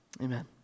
Amen